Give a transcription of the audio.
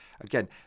Again